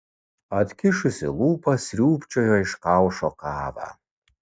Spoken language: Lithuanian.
atkišusi lūpas sriūbčiojo iš kaušo kavą